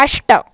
अष्ट